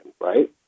right